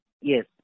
Yes